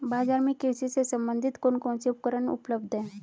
बाजार में कृषि से संबंधित कौन कौन से उपकरण उपलब्ध है?